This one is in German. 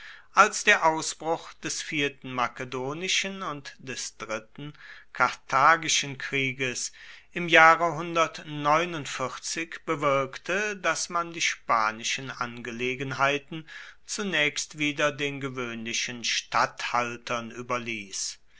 als der ausbruch des vierten makedonischen und des dritten karthagischen krieges im jahre bewirkte daß man die spanischen angelegenheiten zunächst wieder den gewöhnlichen statthaltern überließ